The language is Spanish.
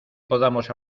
podamos